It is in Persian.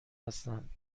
هستند